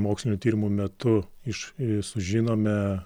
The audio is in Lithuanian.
mokslinių tyrimų metu iš sužinome